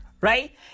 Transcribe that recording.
right